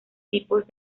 tipos